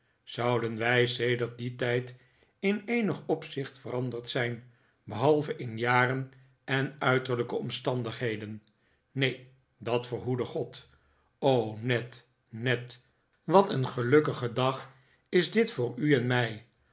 zouden wij sedert dien tijd in eenig opzicht veranderd zijn behalve in jaren en uiterlijke omstandigheden neen dat verhoede god o ned ned wat een gelukkige dag is dit voor u en mij